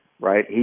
right